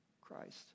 Christ